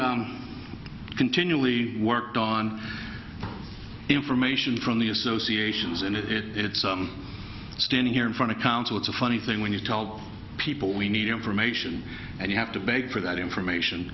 we continually work on information from the associations and it's standing here in front of council it's a funny thing when you tell people we need information and you have to beg for that information